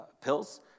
pills